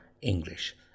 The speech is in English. English